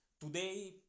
today